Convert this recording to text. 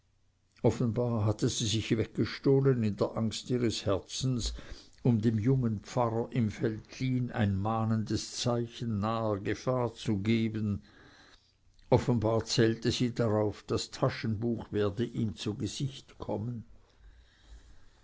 offenbar hatte sie sich weggestohlen in der angst ihres herzens um dem jungen pfarrer im veltlin ein mahnendes zeichen naher gefahr zu geben offenbar zählte sie darauf das taschenbuch werde ihm zu gesicht kommen